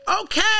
Okay